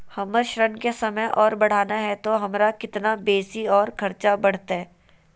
हमर ऋण के समय और बढ़ाना है तो हमरा कितना बेसी और खर्चा बड़तैय?